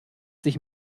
sich